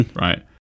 right